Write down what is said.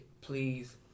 Please